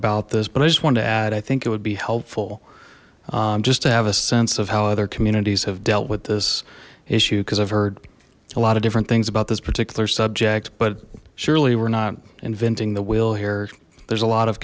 about this but i just wanted to add i think it would be helpful just to have a sense of how other communities have dealt with this issue because i've heard a lot of different things about this particular subject but surely we're not inventing the will here there's a lot of